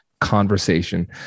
conversation